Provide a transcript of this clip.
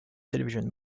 television